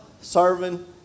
serving